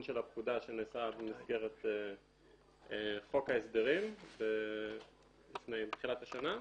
של הפקודה שנעשה במסגרת חוק ההסדרים בתחילת השנה,